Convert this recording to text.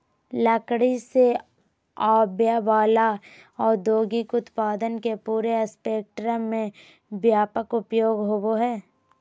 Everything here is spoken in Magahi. लकड़ी से आवय वला औद्योगिक उत्पादन के पूरे स्पेक्ट्रम में व्यापक उपयोग होबो हइ